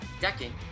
decking